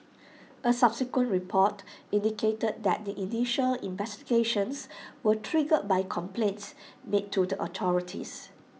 A subsequent report indicated that the initial investigations were triggered by complaints made to the authorities